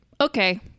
okay